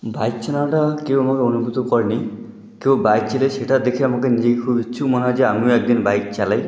bike চালানোটা কেউ আমাকে অনুভূত করেনি কেউ বাইক চালিয়েছে সেটা দেখে আমাকে নিজেকে খুব ইচ্ছুক মনে হয়েছে আমিও একদিন বাইক চালাই